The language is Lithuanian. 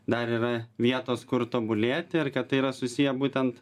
dar yra vietos kur tobulėti ar tai yra susiję būtent